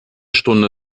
stunde